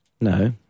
No